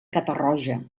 catarroja